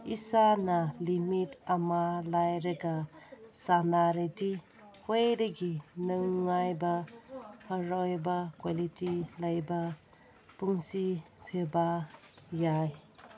ꯏꯁꯥꯅ ꯂꯤꯃꯤꯠ ꯑꯃ ꯂꯩꯔꯒ ꯁꯥꯟꯅꯔꯗꯤ ꯈ꯭ꯋꯥꯏꯗꯒꯤ ꯅꯨꯡꯉꯥꯏꯕ ꯑꯔꯣꯏꯕ ꯀ꯭ꯋꯥꯂꯤꯇꯤ ꯂꯩꯕ ꯄꯨꯟꯁꯤ ꯄꯤꯕ ꯌꯥꯏ